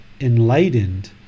enlightened